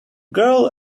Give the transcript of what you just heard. girl